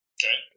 Okay